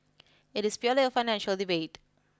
it is purely a financial debate